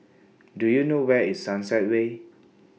Do YOU know Where IS Sunset Way